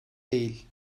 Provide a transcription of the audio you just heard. değil